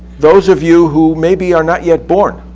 those of you who maybe are not yet born,